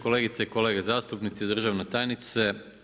Kolegice i kolege zastupnici, državna tajnice.